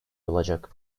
olacak